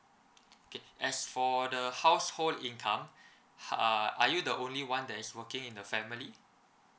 okay as for the household income uh are you the only one that is working in the family